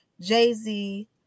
Jay-Z